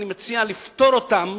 אני מציע לפטור אותם